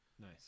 Nice